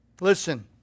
Listen